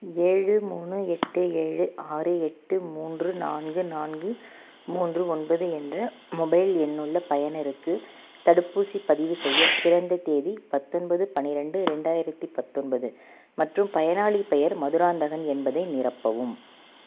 ஏழு மூணு எட்டு ஏழு ஆறு எட்டு மூன்று நான்கு நான்கு மூன்று ஒன்பது என்ற மொபைல் எண்ணுள்ள பயனருக்கு தடுப்பூசிப் பதிவு செய்ய பிறந்த தேதி பத்தொன்பது பன்னிரெண்டு ரெண்டாயிரத்து பத்தொன்பது மற்றும் பயனாளிப் பெயர் மதுராந்தகன் என்பதை நிரப்பவும்